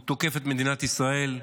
הוא תוקף את מדינת ישראל,